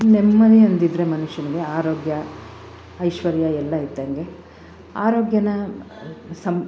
ನೆಮ್ಮದಿಯೊಂದಿದ್ದರೆ ಮನುಷ್ಯನಿಗೆ ಆರೋಗ್ಯ ಐಶ್ವರ್ಯ ಎಲ್ಲ ಇದ್ದಂಗೆ ಆರೋಗ್ಯನ ಸಮ